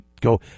go